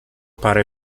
parę